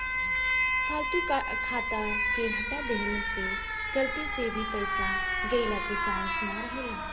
फालतू खाता के हटा देहला से गलती से भी पईसा गईला के चांस ना रहेला